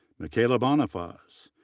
micaela bonifaz,